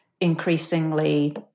increasingly